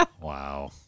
Wow